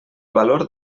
valor